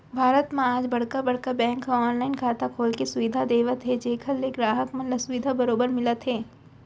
भारत म आज बड़का बड़का बेंक ह ऑनलाइन खाता खोले के सुबिधा देवत हे जेखर ले गराहक मन ल सुबिधा बरोबर मिलत हे